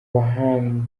bahanga